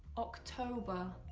october,